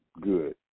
good